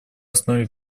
основе